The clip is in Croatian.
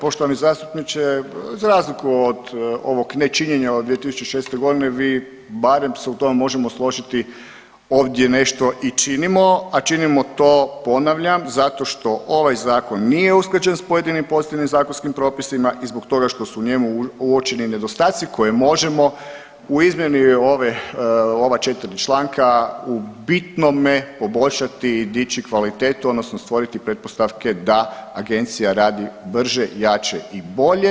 Poštovani zastupniče, za razliku od ovog nečinjenja od 2006. vi barem se u tome možemo složiti ovdje nešto i činimo, a činimo to, ponavljam, zato što ovaj zakon nije usklađen s pojedinim … [[Govornik se ne razumije]] zakonskim propisima i zbog toga što su u njemu uočeni nedostaci koje možemo u izmjeni ove, ova 4 članka u bitnome poboljšati i dići kvalitetu odnosno stvoriti pretpostavke da agencija radi brže, jače i bolje.